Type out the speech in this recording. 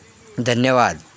धन्यवाद